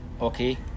Okay